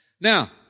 Now